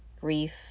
grief